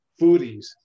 foodies